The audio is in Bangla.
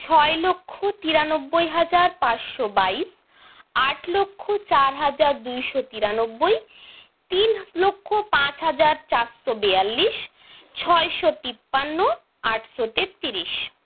ছয় লক্ষ তিরানব্বই হাজার পাঁচশো বাইশ আট লক্ষ চার হাজার দুইশো তিরানব্বই তিন লক্ষ পাঁচ হাজার চারশো বেয়াল্লিশ ছয়শো তিপ্পান্ন আটশো তেত্রিশ